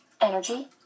Energy